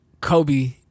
Kobe